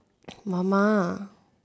mama